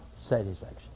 satisfaction